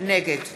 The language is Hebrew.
נגד